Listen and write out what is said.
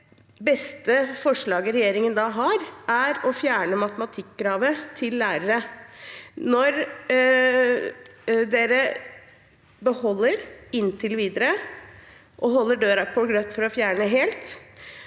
Det beste forslaget regjeringen da har, er å fjerne matematikkravet til lærere. Man beholder det inntil videre, holder døren på gløtt for å fjerne det